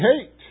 hate